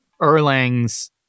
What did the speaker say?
Erlang's